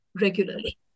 regularly